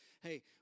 hey